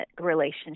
relationship